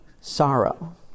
sorrow